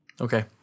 Okay